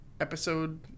episode